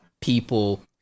people